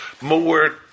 More